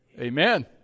Amen